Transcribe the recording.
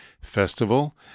Festival